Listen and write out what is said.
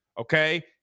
okay